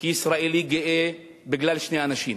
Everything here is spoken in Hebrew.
כישראלי גאה, בגלל שני אנשים,